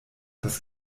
das